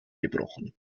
gebrochen